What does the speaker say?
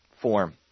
form